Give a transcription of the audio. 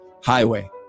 highway